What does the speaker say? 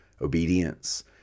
obedience